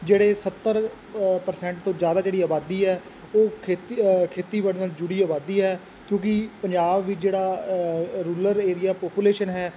ਜਿਹੜੇ ਸੱਤਰ ਪ੍ਰਸੈਂਟ ਤੋਂ ਜ਼ਿਆਦਾ ਜਿਹੜੀ ਆਬਾਦੀ ਹੈ ਉਹ ਖੇਤੀ ਖੇਤੀਬਾੜੀ ਨਾਲ ਜੁੜੀ ਆਬਾਦੀ ਹੈ ਕਿਉਂਕਿ ਪੰਜਾਬ ਵਿੱਚ ਜਿਹੜਾ ਰੂਲਰ ਏਰੀਆ ਪੋਪੂਲੇਸ਼ਨ ਹੈ